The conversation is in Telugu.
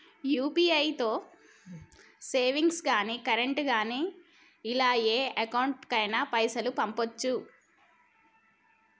యూ.పీ.ఐ తో సేవింగ్స్ గాని కరెంట్ గాని ఇలా ఏ అకౌంట్ కైనా పైసల్ పంపొచ్చా?